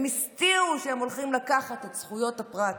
הם הסתירו שהם הולכים לקחת את זכויות הפרט.